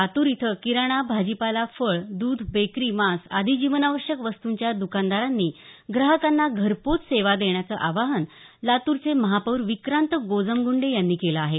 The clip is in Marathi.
लातूर इथं किराणा भाजीपाला फळ दूध बेकरी मांस आदी जीवनावश्यक वस्तूंच्या दुकानदारांनी ग्राहकांना घरपोहोच सेवा देण्याचं आवाहन लातूरचे महापौर विक्रांत गोजमगुंडे यांनी केलं आहे